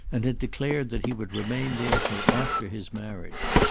and had declared that he would remain there till after his marriage.